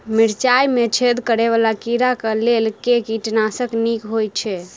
मिर्चाय मे छेद करै वला कीड़ा कऽ लेल केँ कीटनाशक नीक होइ छै?